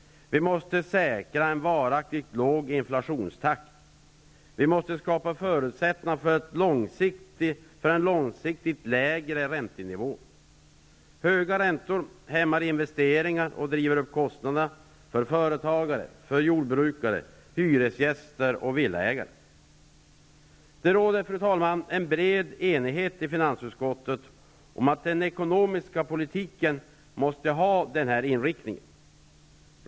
Vi måste säkra en varaktigt låg inflationstakt. Vi måste skapa förutsättningar för en långsiktigt lägre räntenivå. Höga räntor hämmar investeringar och driver upp kostnaderna för företagare, jordbrukare, hyresgäster och villaägare. Det råder, fru talman, bred enighet i finansutskottet om att den ekonomiska politiken måste ha denna inriktning.